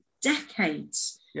decades